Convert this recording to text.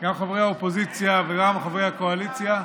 גם חברי האופוזיציה וגם חברי הקואליציה.